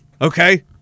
okay